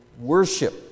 worship